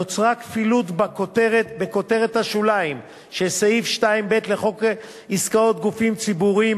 נוצרה כפילות בכותרת השוליים של סעיף 2ב לחוק עסקאות גופים ציבוריים,